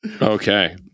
Okay